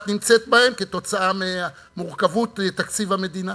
נמצאת בהן כתוצאה ממורכבות תקציב המדינה,